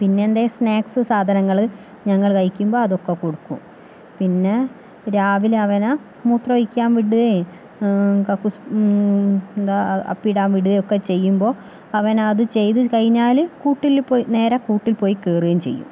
പിന്നെ എന്തേലും സ്നേക്സ് സാധനങ്ങൾ ഞങ്ങള് കഴിക്കുമ്പം അതൊക്കെ കൊടുക്കും പിന്നെ രാവിലെ അവനെ മൂത്രമൊഴിക്കാൻ വിടുകയും കക്കൂസ് എന്താ അപ്പി ഇടാൻ വിടുകയും ഒക്കെ ചെയ്യുമ്പോൾ അവൻ അത് ചെയ്ത് കഴിഞ്ഞാല് കൂട്ടില് പോയി നേരെ കൂട്ടിൽ പോയി കയറുകയും ചെയ്യും